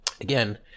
Again